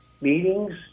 meetings